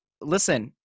Listen